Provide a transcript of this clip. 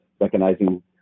recognizing